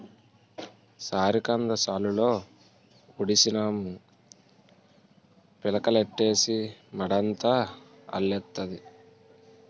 సారికంద సాలులో ఉడిసినాము పిలకలెట్టీసి మడంతా అల్లెత్తాది